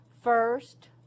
First